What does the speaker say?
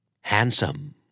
Handsome